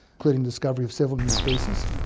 including discovery of several new species.